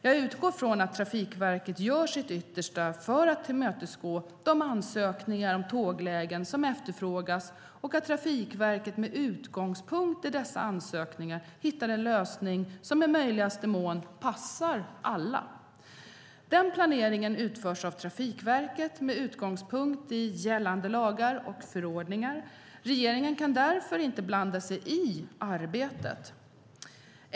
Jag utgår från att Trafikverket gör sitt yttersta för att tillmötesgå de ansökningar om tåglägen som efterfrågas och att Trafikverket med utgångspunkt i dessa ansökningar hittar en lösning som i möjligaste mån passar alla. Den planeringen utförs av Trafikverket med utgångspunkt i gällande lagar och förordningar. Regeringen kan därför inte blanda sig i arbetet.